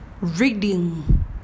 reading